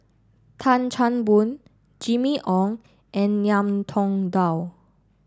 Tan Chan Boon Jimmy Ong and Ngiam Tong Dow